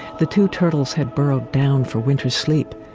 the two turtles had burrowed down for winter sleep,